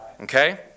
Okay